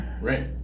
right